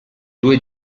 due